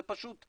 זה פשוט.